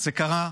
זה קרה,